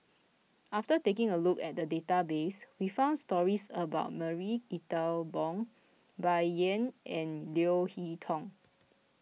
after taking a look at the database we found stories about Marie Ethel Bong Bai Yan and Leo Hee Tong